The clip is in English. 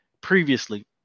previously